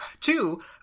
Two